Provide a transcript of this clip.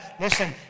listen